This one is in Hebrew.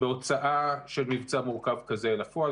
בהוצאה של מבצע מורכב כזה אל הפועל.